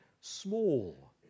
small